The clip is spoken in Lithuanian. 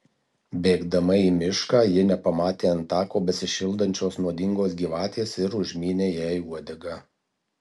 bėgdama į mišką ji nepamatė ant tako besišildančios nuodingos gyvatės ir užmynė jai uodegą